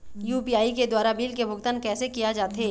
UPI के द्वारा bill के भुगतान कैसे किया जाथे?